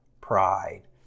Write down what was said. pride